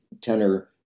tenor